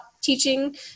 teaching